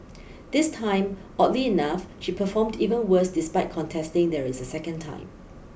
this time oddly enough she performed even worse despite contesting there is a second time